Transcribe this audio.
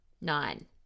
Nine